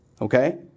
Okay